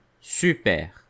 Super